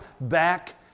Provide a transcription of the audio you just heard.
back